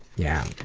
yeah,